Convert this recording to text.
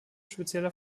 spezieller